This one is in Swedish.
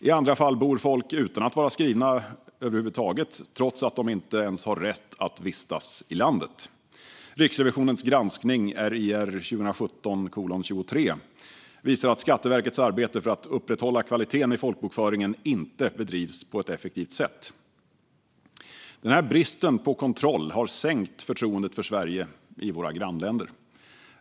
I andra fall bor folk här utan att vara skrivna över huvud taget trots att de inte ens har rätt att vistas i landet. Riksrevisionens granskning RiR 2017:23 visar att Skatteverkets arbete för att upprätthålla kvaliteten i folkbokföringen inte bedrivs på ett effektivt sätt. Denna brist på kontroll har sänkt förtroendet för Sverige i våra grannländer.